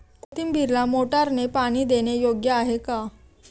कोथिंबीरीला मोटारने पाणी देणे योग्य आहे का?